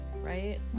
right